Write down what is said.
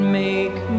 make